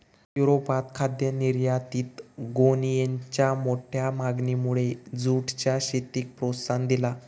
युरोपात खाद्य निर्यातीत गोणीयेंच्या मोठ्या मागणीमुळे जूटच्या शेतीक प्रोत्साहन दिला